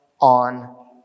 on